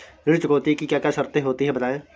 ऋण चुकौती की क्या क्या शर्तें होती हैं बताएँ?